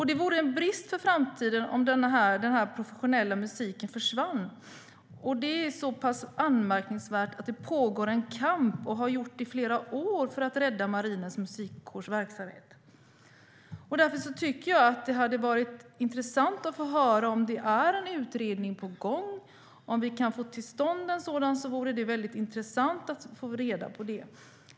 Det vore en brist för framtiden om den professionella musiken försvann. Det är så pass anmärkningsvärt att det pågår en kamp - och har gjort i flera år - för att rädda Marinens Musikkårs verksamhet. Därför tycker jag att det hade varit intressant att få höra om det är en utredning på gång. Om vi kan få till stånd en sådan vore det intressant att få reda på det.